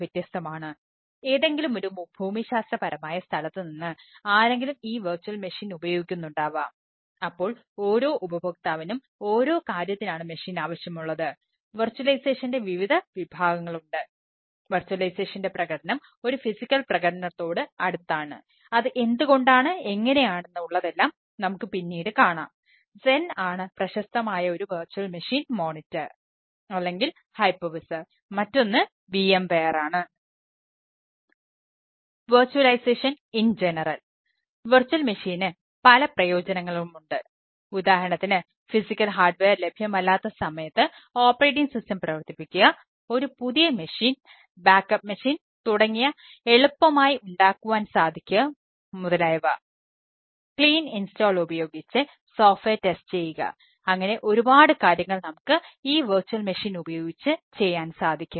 virtualisation in general ഉപയോഗിച്ച് ചെയ്യാൻ സാധിക്കും